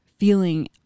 feeling